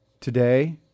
today